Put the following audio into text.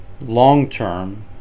Long-term